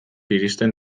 iristen